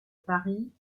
paris